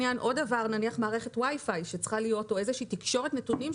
או איזושהי תקשורת נתונים,